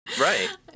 right